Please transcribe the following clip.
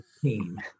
team